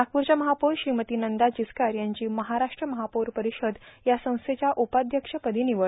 नागपूरच्या महापौर श्रीमती नंदा जिचकार यांची महाराष्ट्र महापौर परिषद या संस्थेच्या उपाध्यक्षपदी निवड